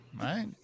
Right